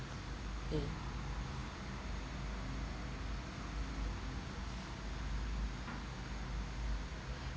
mm